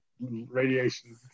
radiation